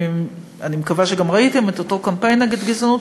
אני מקווה שגם ראיתם את אותו קמפיין נגד גזענות,